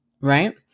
right